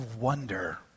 wonder